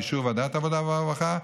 באישור ועדת העבודה והרווחה,